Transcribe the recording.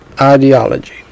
ideology